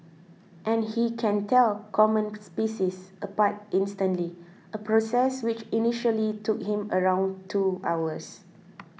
and he can tell common species apart instantly a process which initially took him around two hours